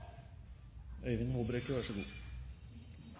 etterpå. Lien, vær så god.